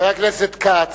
חבר הכנסת כץ,